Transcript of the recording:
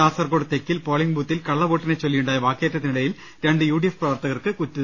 കാസർക്കോട് തെക്കിൽ പോളിംഗ്ബൂത്തിൽ കള്ള വോട്ടിനെചൊല്ലിയുണ്ടായ വാക്കേറ്റത്തിനിട യിൽ രണ്ട് യു ഡി എഫ് പ്രവർത്തകർക്ക് കുത്തേറ്റു